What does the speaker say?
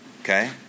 Okay